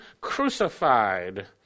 crucified